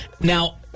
Now